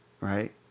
right